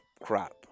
crap